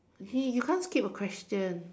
actually you can't skip a question